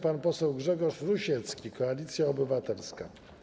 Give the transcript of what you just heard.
Pan poseł Grzegorz Rusiecki, Koalicja Obywatelska.